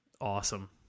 awesome